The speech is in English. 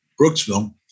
Brooksville